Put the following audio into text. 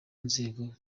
nzego